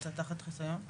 זה נמצא תחת חיסיון,